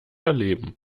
erleben